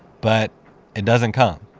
but it doesn't come.